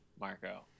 Marco